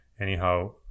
anyhow